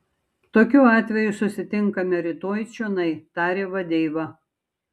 tokiu atveju susitinkame rytoj čionai tarė vadeiva